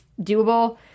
doable